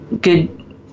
good